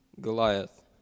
Goliath